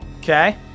Okay